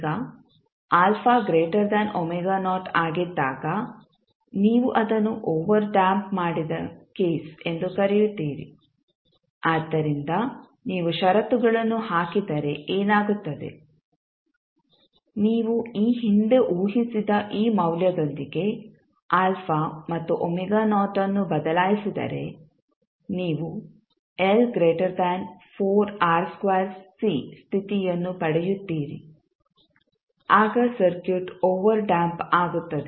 ಈಗ ಆಗಿದ್ದಾಗ ನೀವು ಅದನ್ನು ಓವರ್ಡ್ಯಾಂಪ್ ಮಾಡಿದ ಕೇಸ್ ಎಂದು ಕರೆಯುತ್ತೀರಿ ಆದ್ದರಿಂದ ನೀವು ಷರತ್ತುಗಳನ್ನು ಹಾಕಿದರೆ ಏನಾಗುತ್ತದೆ ನೀವು ಈ ಹಿಂದೆ ಊಹಿಸಿದ ಈ ಮೌಲ್ಯದೊಂದಿಗೆ α ಮತ್ತು ಅನ್ನು ಬದಲಾಯಿಸಿದರೆ ನೀವು ಸ್ಥಿತಿಯನ್ನು ಪಡೆಯುತ್ತೀರಿ ಆಗ ಸರ್ಕ್ಯೂಟ್ ಓವರ್ಡ್ಯಾಂಪ್ ಆಗುತ್ತದೆ